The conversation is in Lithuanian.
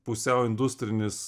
pusiau industrinis